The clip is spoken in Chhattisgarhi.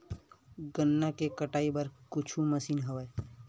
गन्ना के कटाई बर का कुछु मशीन हवय?